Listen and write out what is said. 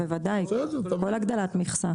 בוודאי, כל הגדלת מכסה.